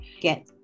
get